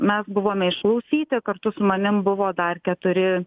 mes buvome išklausyti kartu su manim buvo dar keturi